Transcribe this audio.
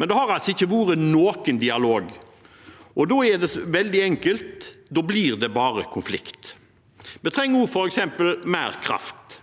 Men det har altså ikke vært noen dialog, og da er det veldig enkelt: Da blir det bare konflikt. Vi trenger også mer kraft.